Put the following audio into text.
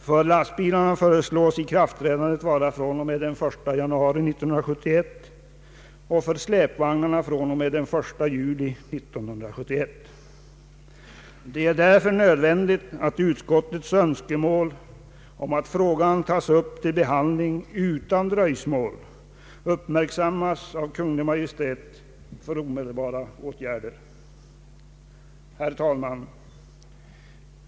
För lastbilarna föreslås ikraftträdande den 1 januari 1971 och för släpvagnarna den 1 juli 1971. Det är därför nödvändigt att utskottets önskemål om att frågan tas upp till behandling utan dröjsmål uppmärksammas av Kungl. Maj:t för omedelbara åtgärder. Herr talman!